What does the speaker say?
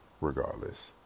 regardless